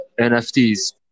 NFTs